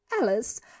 Alice